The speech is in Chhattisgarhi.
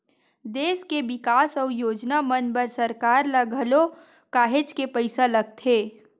देस के बिकास अउ योजना मन बर सरकार ल घलो काहेच के पइसा लगथे